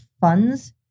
funds